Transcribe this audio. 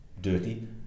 dirty